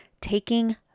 taking